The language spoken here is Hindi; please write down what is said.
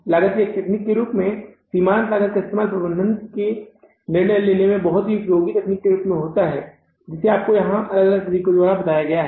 लागत की एक तकनीक के रूप में सीमांत लागत का इस्तेमाल प्रबंधन निर्णय लेने में एक बहुत ही उपयोगी तकनीक के रूप में होता है जिसे यहां आपको बताए गए अलग अलग तरीको को लागू करना होगा